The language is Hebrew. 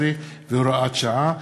18 והוראת שעה),